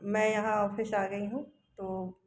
मैं यहाँ ऑफ़िस आ गई हूँ तो